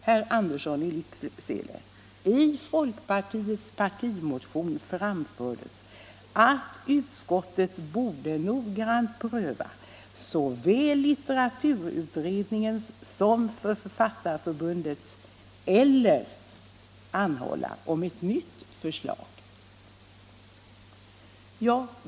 Herr Andersson i Lycksele: I folkpartiets partimotion framfördes att utskottet borde noggrant pröva såväl litteraturutredningens som Författarförbundets förslag eller anhålla om ett nytt förslag.